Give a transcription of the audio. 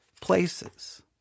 places